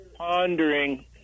pondering